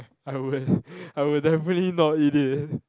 I would I would definitely not eat it